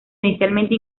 inicialmente